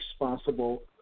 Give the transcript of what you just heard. responsible